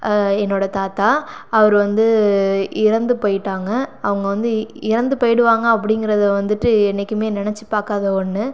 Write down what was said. என்னோடய தாத்தா அவர் வந்து இறந்து போய்விட்டாங்க அவங்க வந்து இறந்து போயிடுவாங்க அப்படிங்குறத வந்துட்டு என்றைக்குமே நெனைச்சு பார்க்காத ஒன்று